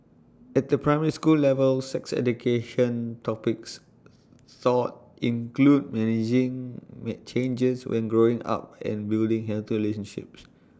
at the primary school level sex education topics taught include managing may changes when growing up and building healthy relationships